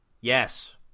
Yes